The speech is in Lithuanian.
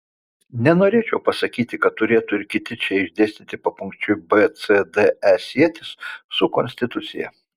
nenorėčiau pasakyti kad turėtų ir kiti čia išdėstyti papunkčiui b c d e sietis su konstitucija